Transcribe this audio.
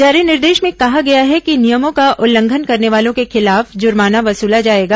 जारी निर्देश में कहा गया है कि नियमों का उल्लंघन करने वालों के खिलाफ जुर्माना वसूला जाएगा